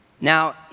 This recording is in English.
Now